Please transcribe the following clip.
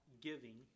giving